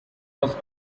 was